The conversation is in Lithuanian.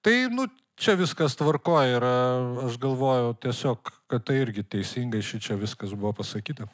tai nu čia viskas tvarkoj yra aš galvojau tiesiog kad tai irgi teisingai šičia viskas buvo pasakyta